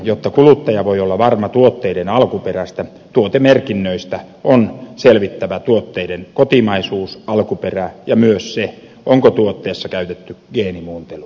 jotta kuluttaja voi olla varma tuotteiden alkuperästä tuotemerkinnöistä on selvittävä tuotteiden kotimaisuus alkuperä ja myös se onko tuotteessa käytetty geenimuuntelua